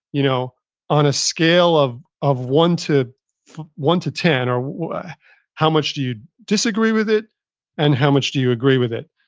you know on a scale of of one to one to ten, how much do you disagree with it and how much do you agree with it?